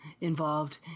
involved